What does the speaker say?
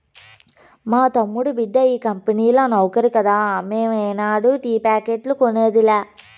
మా తమ్ముడి బిడ్డ ఈ కంపెనీల నౌకరి కదా మేము ఏనాడు టీ ప్యాకెట్లు కొనేదిలా